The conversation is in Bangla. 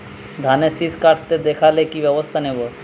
ধানের শিষ কাটতে দেখালে কি ব্যবস্থা নেব?